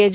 H